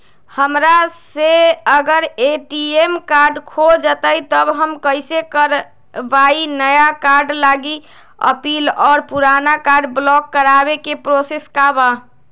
हमरा से अगर ए.टी.एम कार्ड खो जतई तब हम कईसे करवाई नया कार्ड लागी अपील और पुराना कार्ड ब्लॉक करावे के प्रोसेस का बा?